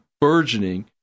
burgeoning